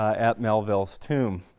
at melville's tomb.